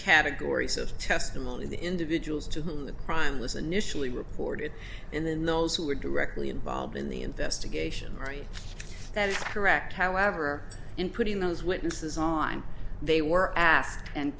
categories of testimony the individuals to whom the crime was initially reported and then those who were directly involved in the investigation are you that is correct however in putting those witnesses on they were asked and